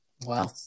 Wow